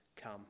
come